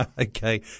Okay